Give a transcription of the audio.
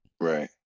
Right